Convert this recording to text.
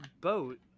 boat